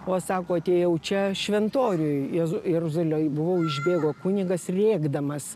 o sako atėjau čia šventoriuj jėz jeruzalėj buvau išbėgo kunigas rėkdamas